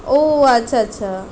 ও আচ্ছা আচ্ছা